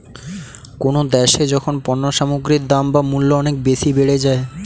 কোনো দ্যাশে যখন পণ্য সামগ্রীর দাম বা মূল্য অনেক বেশি বেড়ে যায়